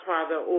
Father